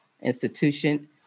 institution